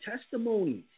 testimonies